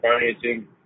financing